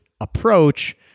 approach